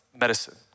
medicine